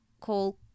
call